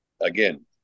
again